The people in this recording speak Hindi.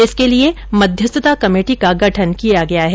इसके लिये मध्यस्थता कमेटी का गठन किया गया है